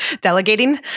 delegating